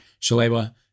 Shalewa